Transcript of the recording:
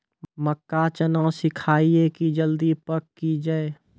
मक्का चना सिखाइए कि जल्दी पक की जय?